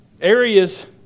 Areas